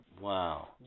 wow